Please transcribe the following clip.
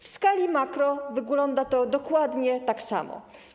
W skali makro wygląda to dokładnie tak samo.